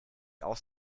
auf